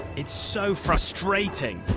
it's so frustrating.